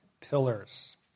pillars